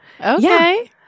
Okay